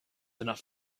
enough